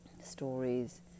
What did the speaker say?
stories